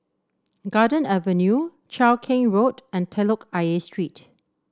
Garden Avenue Cheow Keng Road and Telok Ayer Street